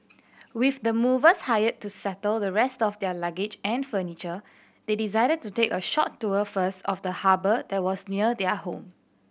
with the movers hired to settle the rest of their luggage and furniture they decided to take a short tour first of the harbour that was near their home